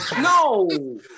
No